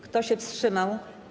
Kto się wstrzymał?